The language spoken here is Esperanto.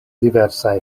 diversaj